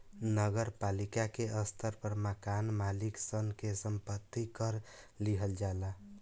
नगर पालिका के स्तर पर मकान मालिक सन से संपत्ति कर लिहल जाला